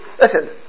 listen